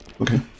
Okay